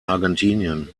argentinien